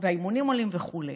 והאימונים עולים וכו'.